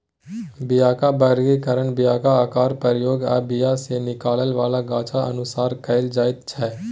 बीयाक बर्गीकरण बीयाक आकार, प्रयोग आ बीया सँ निकलै बला गाछ अनुसार कएल जाइत छै